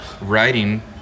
writing